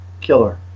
killer